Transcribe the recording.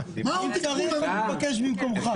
(הארכת תוקף),